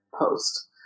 post